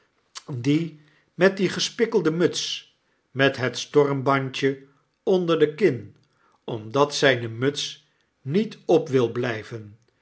dien met die gespikkeldemuts met het stormbandje onder de kin omdat zyne muts niet op wil bly